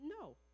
No